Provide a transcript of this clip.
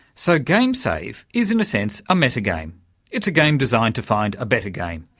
so gamesave is in a sense a meta-game it's a game designed to find a better game.